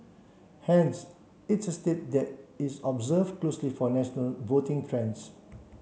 hence it's a state that is observe closely for national voting trends